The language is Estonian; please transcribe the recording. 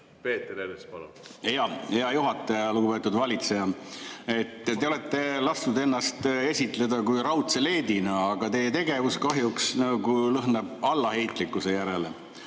Peeter Ernits, palun! Hea juhataja! Lugupeetud valitseja! Te olete lasknud ennast esitleda raudse leedina, aga teie tegevus kahjuks lõhnab allaheitlikkuse järele.